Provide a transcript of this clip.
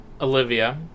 Olivia